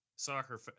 soccer